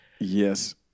Yes